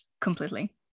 completely